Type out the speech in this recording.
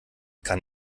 kann